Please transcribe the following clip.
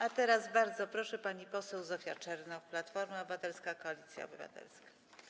A teraz bardzo proszę, pani poseł Zofia Czernow, Platforma Obywatelska - Koalicja Obywatelska.